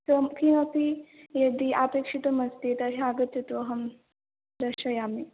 तत्किमपि यदि अपेक्षितमस्ति तर्हि आगच्छतु अहं दर्शयामि